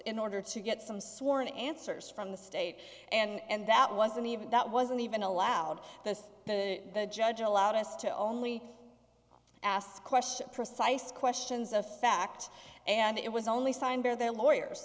in order to get some sworn answers from the state and that wasn't even that wasn't even allowed the the judge allowed us to only ask questions precise questions a fact and it was only signed by their